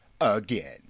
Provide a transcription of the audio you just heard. again